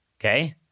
Okay